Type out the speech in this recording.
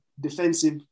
defensive